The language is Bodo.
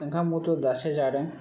ओंखामखौथ' दासो जादों